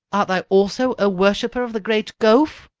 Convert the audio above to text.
art thou also a worshipper of the great gowf?